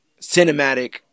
cinematic